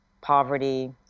poverty